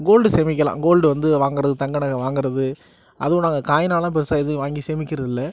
gold சேமிக்கலாம் gold வந்து வாங்குறது தங்க நகை வாங்குறது அதுவும் நாங்கள் காயின்னால பெருசாக எதுவும் வாங்கி சேமிக்கிறது இல்லை